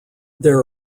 there